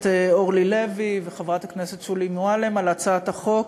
אורלי לוי וחברת הכנסת שולי מועלם על הצעת החוק